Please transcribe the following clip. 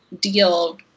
deal